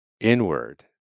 inward